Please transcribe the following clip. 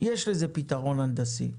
יש לזה פתרון הנדסי.